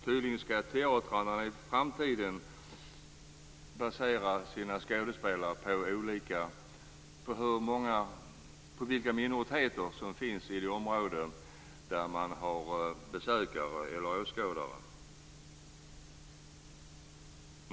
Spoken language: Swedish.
Tydligen skall teatrarna i framtiden välja sina skådespelare utifrån vilka minoriteter som finns bland åskådarna i området.